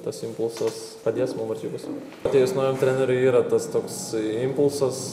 tas impulsas padės mum varžybose atėjus naujam treneriui yra tas toks impulsas